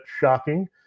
shocking